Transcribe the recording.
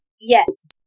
Yes